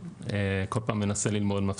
כשאני השתחררתי משירות סדיר בחיל הים, החלטתי לטוס